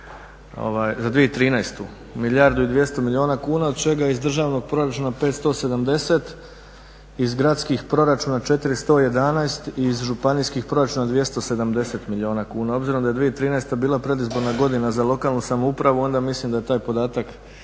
za 2013., milijardu i 200 milijuna kuna od čega je iz državnog proračuna 570, iz gradskih proračuna 411, iz županijskih proračuna 270 milijuna kuna. Obzirom da je 2013. bila predizborna godina za lokalnu samoupravu onda mislim da je taj podatak,